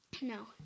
No